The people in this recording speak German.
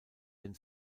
den